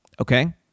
okay